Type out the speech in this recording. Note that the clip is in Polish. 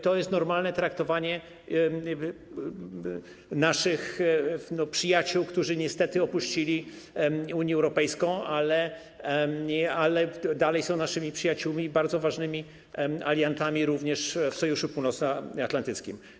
To jest normalne traktowanie naszych przyjaciół, którzy niestety opuścili Unię Europejską, ale dalej są naszymi przyjaciółmi i bardzo ważnymi aliantami, również w Sojuszu Północnoatlantyckim.